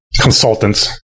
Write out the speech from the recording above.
consultants